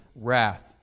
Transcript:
wrath